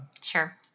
Sure